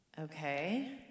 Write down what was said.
Okay